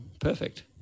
perfect